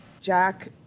Jack